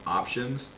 options